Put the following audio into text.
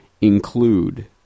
include